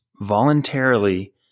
voluntarily